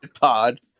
pod